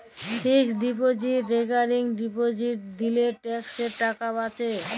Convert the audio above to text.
fixed deposit recurring deposit দিলে ট্যাক্সের টাকা বাঁচে